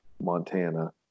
Montana